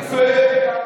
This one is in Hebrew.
יפה.